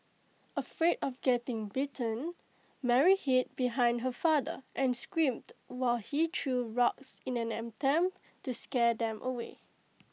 afraid of getting bitten Mary hid behind her father and screamed while he threw rocks in an attempt to scare them away